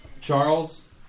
Charles